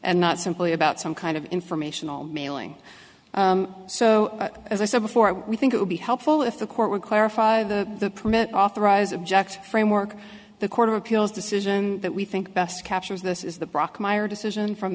and not simply about some kind of informational mailing so as i said before we think it would be helpful if the court would clarify the permit authorize object framework the court of appeals decision that we think best captures this is the brock meyer decision from